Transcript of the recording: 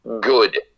good